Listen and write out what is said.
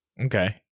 Okay